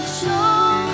show